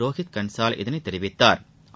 ரோஹித் கன்சால் இதனை தெரிவித்தாா்